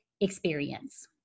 experience